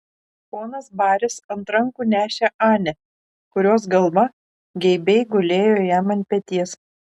ponas baris ant rankų nešė anę kurios galva geibiai gulėjo jam ant peties